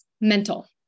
Mental